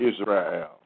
Israel